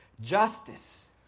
Justice